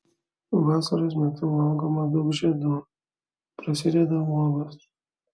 vasaros metu valgoma daug žiedų prasideda uogos